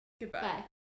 goodbye